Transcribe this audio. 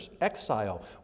exile